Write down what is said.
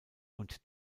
und